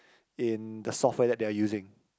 in the software that they are using